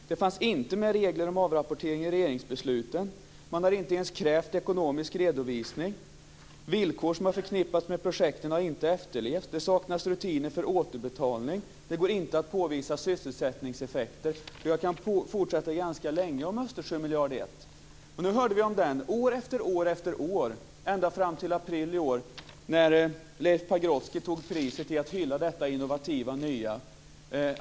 Vidare fanns det inte med några regler om avrapportering i regeringsbesluten. Man har inte ens krävt en ekonomisk redovisning. Villkor som förknippats med projekten har inte efterlevts. Det saknas rutiner för återbetalning och det går inte att påvisa sysselsättningseffekter. Ganska länge skulle jag kunna fortsätta med uppräkningen kring Östersjömiljarden 1. Vi hörde om den år efter år efter år, ända fram till i april i år när Leif Pagrotsky tog pris i att hylla detta innovativa, nya.